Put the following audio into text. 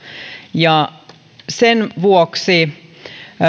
ja sen vuoksi